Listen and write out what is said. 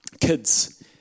kids